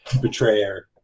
betrayer